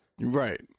Right